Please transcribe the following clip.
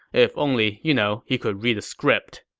if only, you know, he could read a script